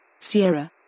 Sierra